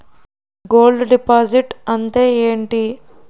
Gold deposit అంతే ఎంటి?